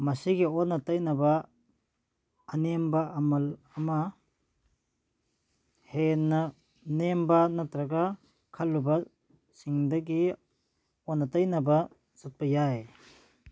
ꯃꯁꯤꯒꯤ ꯑꯣꯟꯅ ꯇꯩꯅꯕ ꯑꯅꯦꯝꯕ ꯑꯃ ꯍꯦꯟꯅ ꯅꯦꯝꯕ ꯅꯠꯇ꯭ꯔꯒ ꯈꯜꯂꯨꯕꯁꯤꯡꯗꯒꯤ ꯑꯣꯟꯅ ꯇꯩꯅꯕ ꯆꯠꯄ ꯌꯥꯏ